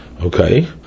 Okay